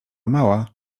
mała